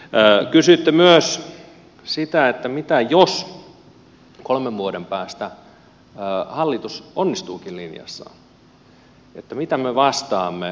kysyitte myös sitä mitä jos kolmen vuoden päästä hallitus onnistuukin linjassaan että mitä me vastaamme kannattajille